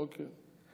אוקיי.